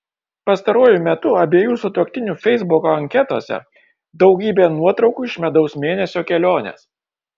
pastaruoju metu abiejų sutuoktinių feisbuko anketose daugybė nuotraukų iš medaus mėnesio kelionės